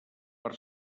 per